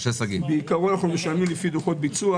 כעיקרון אנחנו משלמים לפי ביצוע.